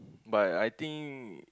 but I think you